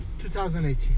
2018